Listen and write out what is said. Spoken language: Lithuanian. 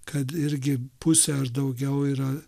kad irgi pusę ar daugiau yra